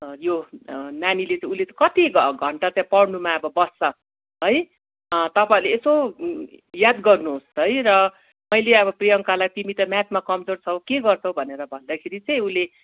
यो नानीले उसले त कति घण्टा चाहिँ पढ्नुमा अब बस्छ है तपाईँहरूले यसो याद गर्नु होस् है र मैले अब प्रियङ्कालाई तिमी त म्याथमा कमजोर छौँ के गर्छौँ भनेर भन्दाखेरि चाहिँ उसले